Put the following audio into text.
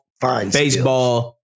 baseball